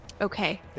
Okay